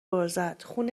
عرضت؛ خون